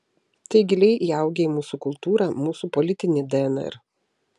tai giliai įaugę į mūsų kultūrą mūsų politinį dnr